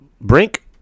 Brink